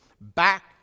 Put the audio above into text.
back